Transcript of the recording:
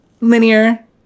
linear